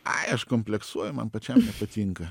ai aš kompleksuoju man pačiam nepatinka